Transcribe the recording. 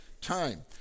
time